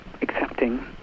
accepting